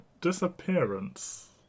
Disappearance